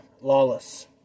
Lawless